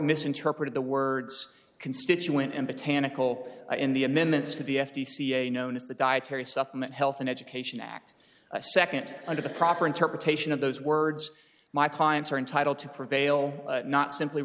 misinterpreted the words constituent and botanical in the amendments to the f t c a known as the dietary supplement health and education act a second under the proper interpretation of those words my clients are entitled to prevail not simply